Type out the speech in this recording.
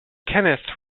kenneth